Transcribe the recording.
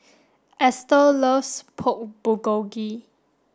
Estel loves Pork Bulgogi